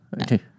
Okay